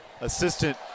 assistant